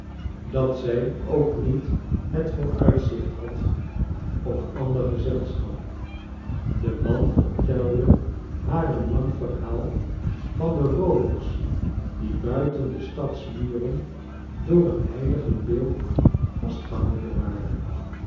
dat zij uok niet het vooruitzicht had op ander gezelschap de man verteldo haar een lang verhaal van de roovers die buiten de stadsmuren door een heiligenbeeld vastgehouden waren